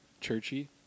churchy